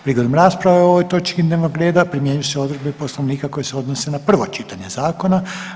Prigodom rasprave o ovoj točki dnevnog reda primjenjuju se odredbe Poslovnika koje se odnose na prvo čitanje zakona.